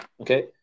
okay